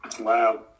Wow